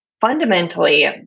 fundamentally